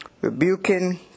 rebuking